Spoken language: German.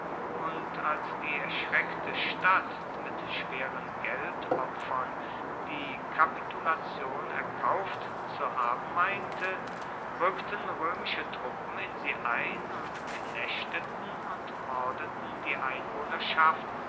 und als die erschreckte stadt mit schweren geldopfern die kapitulation erkauft zu haben meinte rückten römische truppen in sie ein und knechteten oder mordeten die einwohnerschaft